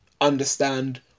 understand